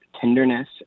tenderness